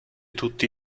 tutti